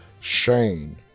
Shane